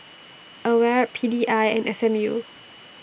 AWARE P D I and S M U